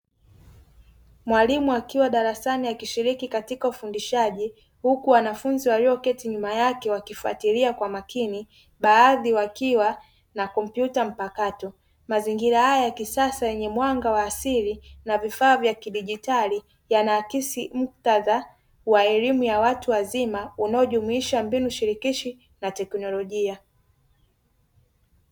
Mwalimu akiwa darasani akishiriki katika ufundishaji huku wanafunzi walioketi nyuma yake wakifuatilia kwa makini baadhi wakiwa na komputa mpakato. Mazingira haya ya kisasa yenye mwanga wa asili na vifaa vya kidigitali yanaakisi muktadha wa elimu ya watu wazima unaojumuisha mbinu shirikishi na teknolojia.